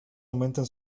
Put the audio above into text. aumentan